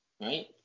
Right